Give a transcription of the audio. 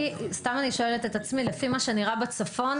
סתם אני שואלת את עצמי לפי מה שנראה בצפון,